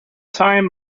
time